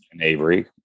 Avery